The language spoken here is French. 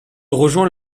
rejoint